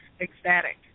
ecstatic